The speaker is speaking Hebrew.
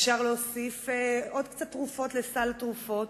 אפשר להוסיף עוד קצת תרופות לסל התרופות,